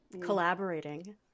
Collaborating